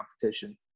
competition